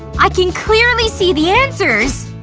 i can clearly see the answers!